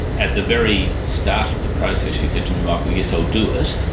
at the very start of the process she said to me, michael, yes, i'll do it,